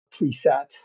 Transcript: preset